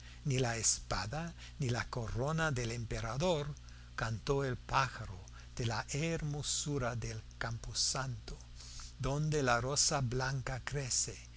ni la espada ni la corona del emperador cantó el pájaro de la hermosura del camposanto donde la rosa blanca crece